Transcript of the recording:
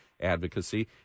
advocacy